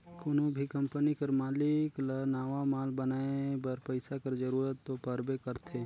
कोनो भी कंपनी कर मालिक ल नावा माल बनाए बर पइसा कर जरूरत दो परबे करथे